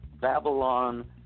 Babylon